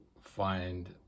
find